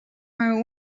are